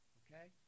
okay